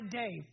day